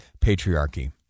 patriarchy